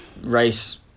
race